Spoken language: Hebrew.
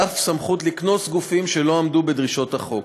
ואף סמכות לקנוס גופים שלא עמדו בדרישות החוק.